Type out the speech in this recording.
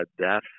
death